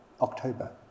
October